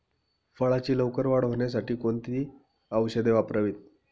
फळाची लवकर वाढ होण्यासाठी कोणती औषधे वापरावीत?